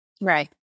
Right